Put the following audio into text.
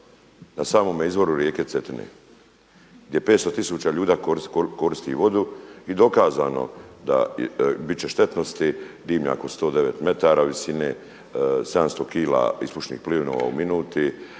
na samome izvoru rijeke Cetine gdje 500 tisuća ljudi koristi vodu. I dokazano, da biti će štetnosti, dimnjak od 109 metara visine, 700 kila ispušnih plinova u minuti,